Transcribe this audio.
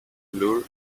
lure